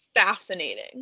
fascinating